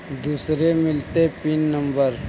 दुसरे मिलतै PIN number?